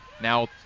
Now